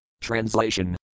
Translation